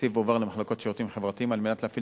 התקציב הועבר למחלקות לשירותים חברתיים על מנת להפעיל